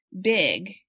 big